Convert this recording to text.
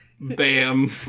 Bam